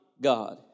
God